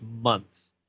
months